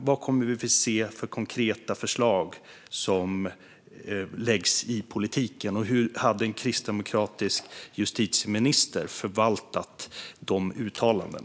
Vilka konkreta politiska förslag kommer att läggas fram? Hur hade en kristdemokratisk justitieminister förvaltat dessa uttalanden?